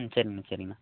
ம் சரிங்கண்ணா சரிங்கண்ணா